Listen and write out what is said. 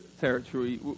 territory